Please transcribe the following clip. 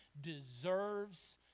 deserves